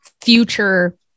future